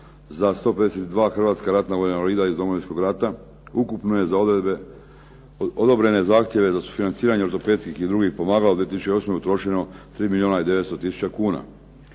za 152 hrvatska ratna vojna invalida iz Domovinskog rata. Ukupno je za odobrene zahtjeve za sufinanciranje ortopedskih i drugih pomagala u 2008. utrošeno 3 milijuna i 900 tisuća kuna.